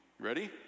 ready